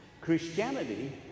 christianity